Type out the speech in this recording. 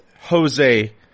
Jose